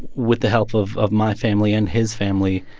with the help of of my family and his family,